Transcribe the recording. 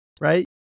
right